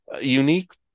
unique